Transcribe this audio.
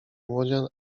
młodzian